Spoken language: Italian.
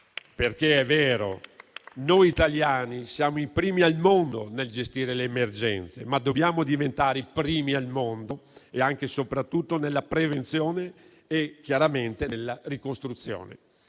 vero che noi italiani siamo i primi al mondo nel gestire le emergenze, ma dobbiamo diventare i primi al mondo anche e soprattutto nella prevenzione e nella ricostruzione.